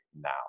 now